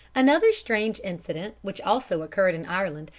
another strange incident, which also occurred in ireland,